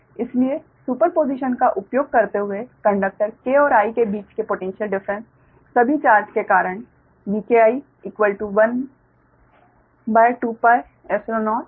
इसलिए सुपरपोज़िशन का उपयोग करते हुए कंडक्टर k और i के बीच के पोटैन्श्यल डिफ़्रेंस सभी चार्ज के कारण Vki12πϵ0 होगा